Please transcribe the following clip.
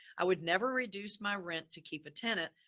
i would never reduce my rent to keep a tenant.